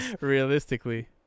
Realistically